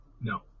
no